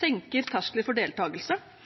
senker terskler for